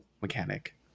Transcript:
mechanic